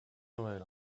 noël